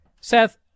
Seth